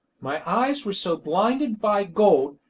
my eyes were so blinded by gold,